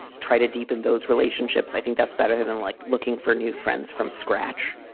try to deepen those relationships. i think that's better than like looking for new friends from scratch.